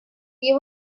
you